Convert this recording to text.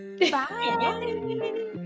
Bye